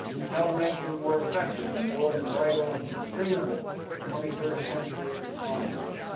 and how to make them more effective in building vital and sustainable twenty first century economies.